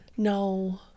No